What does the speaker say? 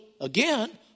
again